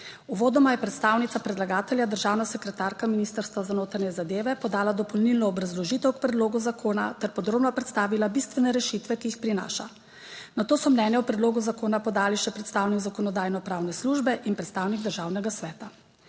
Uvodoma je predstavnica predlagatelja, državna sekretarka Ministrstva za notranje zadeve podala dopolnilno obrazložitev k predlogu zakona ter podrobno predstavila bistvene rešitve, ki jih prinaša. Nato so mnenje o predlogu zakona podali še predstavnik Zakonodajno-pravne službe in predstavnik Državnega sveta.